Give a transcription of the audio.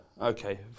Okay